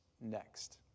next